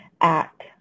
act